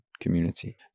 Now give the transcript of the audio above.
community